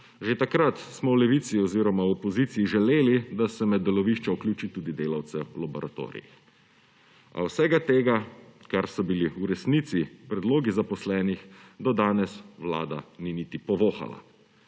Že takrat smo v Levici oziroma v opoziciji želeli, da se na delovišča vključi tudi delavce v laboratorijih. A vsega tega, kar so bili v resnici predlogi zaposlenih, do danes Vlada ni niti povohala.